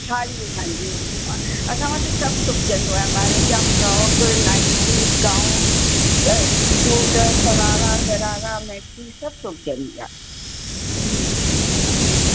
हांजी हांजी असां वटि सभु सिबजंदो आहे ॿारनि जा फ्रॉक नाइट सूट गाउन स सूट शरारा गरारा मैक्सी सभु सिबजंदा